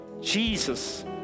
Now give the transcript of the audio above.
Jesus